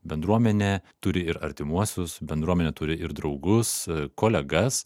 bendruomenė turi ir artimuosius bendruomenė turi ir draugus kolegas